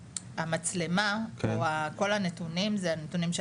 המצלמה או כל הנתונים זה הנתונים של